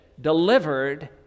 delivered